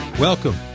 Welcome